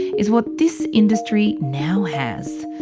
is what this industry now has.